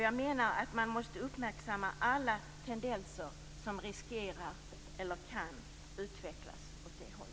Jag menar att man måste uppmärksamma alla tendenser som kan eller riskerar att utvecklas åt det hållet.